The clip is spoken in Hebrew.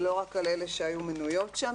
ולא רק על אלה שהיו מנויות שם,